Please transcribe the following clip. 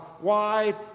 wide